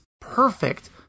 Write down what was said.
perfect